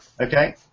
Okay